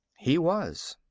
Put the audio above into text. he was.